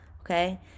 okay